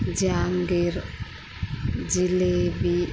jangri jalebi